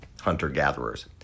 hunter-gatherers